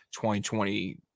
2020